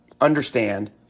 understand